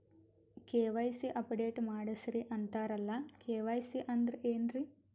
KYC update ಮಾಡಸ್ರೀ ಅಂತರಲ್ಲ KYC ಅಂದ್ರ ಏನ್ರೀ?